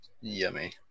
Yummy